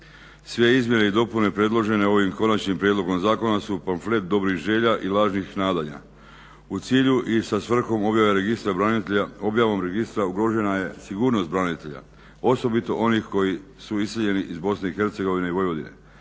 Sve izmjene i dopune predložene ovim konačnim prijedlogom zakona su … dobrih želja i lažnih nadanja u cilju i sa svrhom objave Registra branitelja objavom registra ugrožena je sigurnost branitelja osobito onih koji su iseljeni iz BiH i Vojvodine